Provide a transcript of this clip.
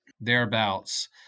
thereabouts